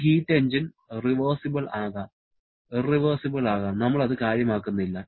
ഈ heat engine reversible ആകാം irreversible ആകാം നമ്മൾ അത് കാര്യമാക്കുന്നില്ല